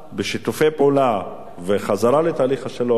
בשיתופי פעולה וחזרה לתהליך השלום,